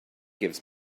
gives